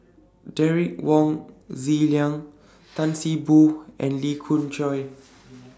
Derek Wong Zi Liang Tan See Boo and Lee Khoon Choy